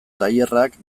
tailerrak